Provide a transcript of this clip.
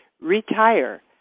Retire